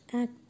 Act